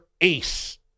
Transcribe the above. ace